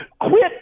quit